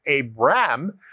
Abram